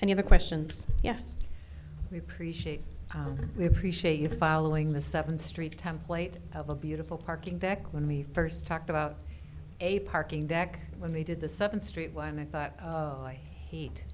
many of the questions yes we appreciate we appreciate you following the seventh street template of a beautiful parking deck when we first talked about a parking deck when we did the seventh street y and i thought oh i hate